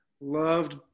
loved